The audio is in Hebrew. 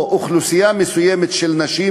או אוכלוסייה מסוימת, של נשים,